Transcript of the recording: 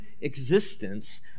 existence